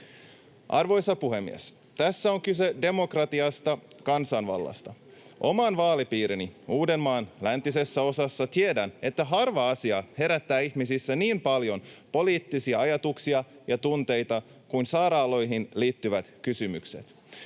Arvoisa puhemies! Tässä on kyse demokratiasta, kansanvallasta. Oman vaalipiirini Uudenmaan läntisessä osassa tiedän, että harva asia herättää ihmisissä niin paljon poliittisia ajatuksia ja tunteita kuin sairaaloihin liittyvät kysymykset.